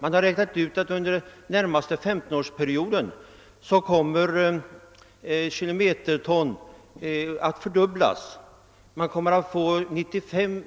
Man har räknat ut att under den närmaste 15-årsperioden kommer kilometertonmängden att fördubblas. Man kommer upp till 95